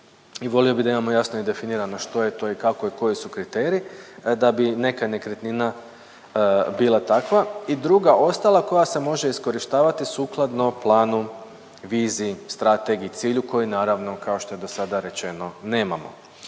i volio bi da imamo i jasno definirano što je to i kako je, koji su kriteriji da bi neka nekretnina bila takva i druga ostala koja se može iskorištavati sukladno planu, viziji, strategiji, cilju koju naravno kao što je i dosada rečeno nemamo.